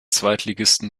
zweitligisten